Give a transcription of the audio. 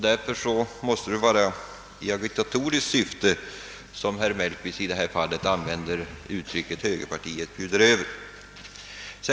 Därför måste det vara i agitatoriskt syfte som herr Mellqvist säger att högerpartiet bjuder över.